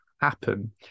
happen